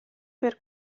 per